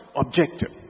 objective